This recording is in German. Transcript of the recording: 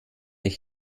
ich